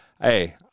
hey